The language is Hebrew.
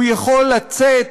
הוא יכול לצאת